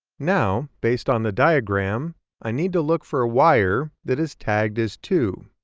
now based on the diagram i need to look for a wire that is tagged as two.